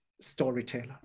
storyteller